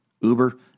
Uber